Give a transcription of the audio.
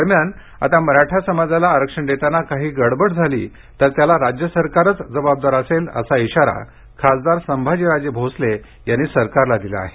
दरम्यान आता मराठा समाजाला आरक्षण देताना काही गडबड झाली तर त्याला राज्य सरकारच जबाबदार असेल अशा इशारा खासदार संभाजीराजे भोसले यांनी सरकारला दिला आहे